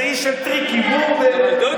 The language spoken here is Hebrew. זה איש של טריקים, הוא ואלקין.